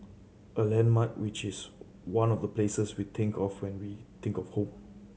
a landmark which is one of the places we think of when we think of home